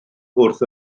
wrth